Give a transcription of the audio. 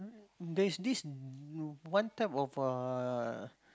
there's this you one type of uh